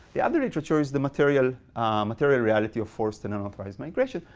the other literature is the material material reality of forced and unauthorized migration,